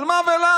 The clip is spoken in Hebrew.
על מה ולמה?